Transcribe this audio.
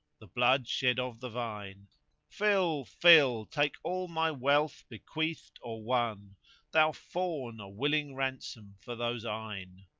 the blood shed of the vine fill! fill! take all my wealth bequeathed or won thou fawn! a willing ransom for those eyne.